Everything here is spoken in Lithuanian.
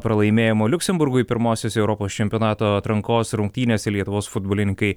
pralaimėjimo liuksemburgui pirmosiose europos čempionato atrankos rungtynėse lietuvos futbolininkai